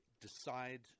decide